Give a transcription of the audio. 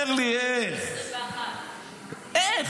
עם כנף ציון הוא יגיע --- תספר לי איך.